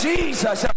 Jesus